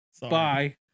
Bye